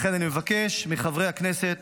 לכן, אני מבקש מחברי הכנסת